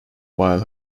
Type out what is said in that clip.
while